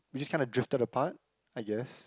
we just kind of drifted apart I guess